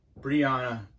Brianna